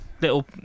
little